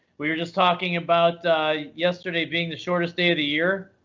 we were just talking about yesterday being the shortest day of the year,